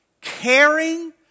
caring